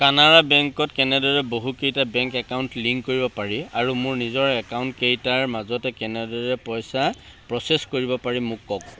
কানাড়া বেংকত কেনেদৰে বহুকেইটা বেংক একাউণ্ট লিংক কৰিব পাৰি আৰু মোৰ নিজৰ একাউণ্টকেইটাৰ মাজতে কেনেদৰে পইচা প্ৰ'চেছ কৰিব পাৰি মোক কওক